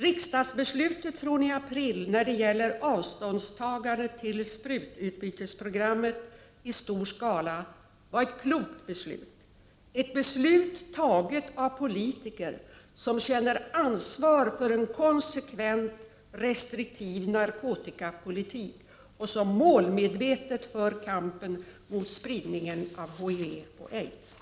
Riksdagsbeslutet från april om avståndstagandet till sprututbytesprogrammet i stor skala var ett klokt beslut, ett beslut taget av politiker som känner ansvar för en konsekvent restriktiv narkotikapolitik och som målmedvetet för kampen mot spridningen av HIV och aids.